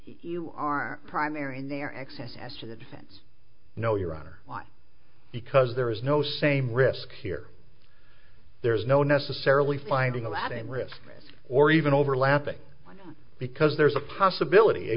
you are primary and their access as to the defense no your honor one because there is no same risk here there's no necessarily finding a lot in risk or even overlapping because there's a possibility